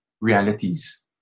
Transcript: realities